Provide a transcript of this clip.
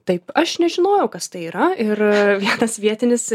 taip aš nežinojau kas tai yra ir tas vietinis